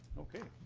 okay.